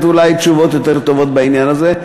אולי תשובות יותר טובות בעניין הזה.